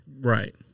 Right